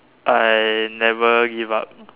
I never give up